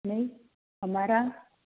ને અમારા